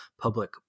public